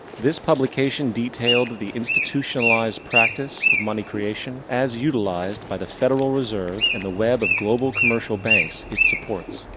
this publication detailed the institutionalized practice of money creation as utilized by the federal reserve and the web of global commercial banks it supports.